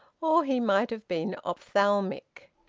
or he might have been ophthalmic.